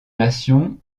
nations